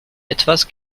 etwas